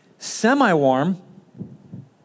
semi-warm